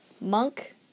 Monk